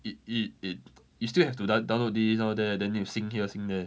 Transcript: it it it you still have to the download these are there then you seen here signal